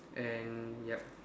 and yup